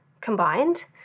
combined